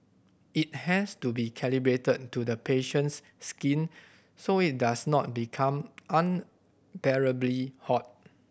it has to be calibrated to the patient's skin so it does not become unbearably hot